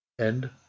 End